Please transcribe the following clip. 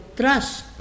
trust